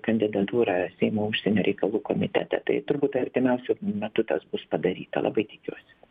kandidatūrą seimo užsienio reikalų komitete tai turbūt artimiausiu metu tas bus padaryta labai tikiuosi